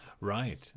right